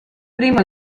primo